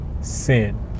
sin